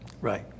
Right